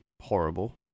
horrible